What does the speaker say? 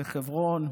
בחברון,